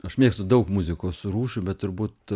aš mėgstu daug muzikos rūšių bet turbūt